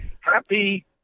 happy